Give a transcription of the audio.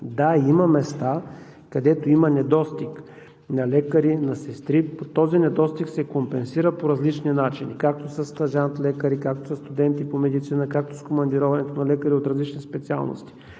Да, има места, където има недостиг на лекари, на сестри. Този недостиг се компенсира по различни начини, както със стажант-лекари, както със студенти по медицина, както с командироването на лекари от различни специалности.